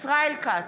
ישראל כץ,